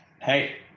Hey